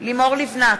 לימור לבנת,